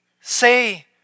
say